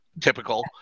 typical